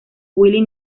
willie